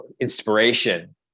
inspiration